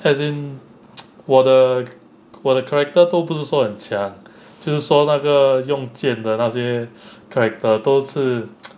as in 我的我的 character 都不是说很强就是说那个用剑的那些 character 都是